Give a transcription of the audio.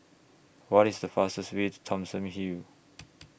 What IS The fastest Way to Thomson Hill